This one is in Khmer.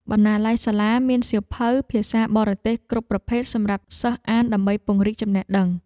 បណ្ណាល័យសាលាមានសៀវភៅភាសាបរទេសគ្រប់ប្រភេទសម្រាប់សិស្សអានដើម្បីពង្រីកចំណេះដឹង។